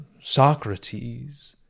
Socrates